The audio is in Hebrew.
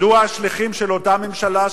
מדוע השליחים של אותה ממשלה,